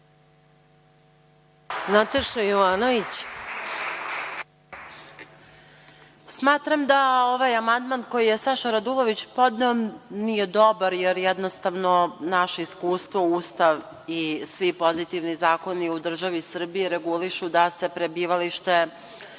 **Nataša Jovanović** Smatram da ovaj amandman koji je Saša Radulović podneo nije dobar, jer jednostavno naše iskustvo, Ustav i svi pozitivni zakoni u državi Srbiji regulišu da se prebivalište